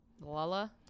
Lala